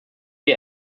wir